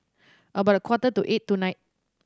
about a quarter to eight tonight